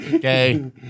Gay